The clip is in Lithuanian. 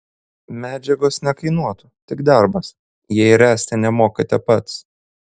medžiagos nekainuotų tik darbas jei ręsti nemokate pats